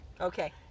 Okay